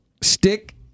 stick